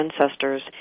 ancestors